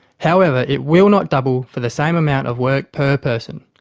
however, it will not double for the same amount of work per person,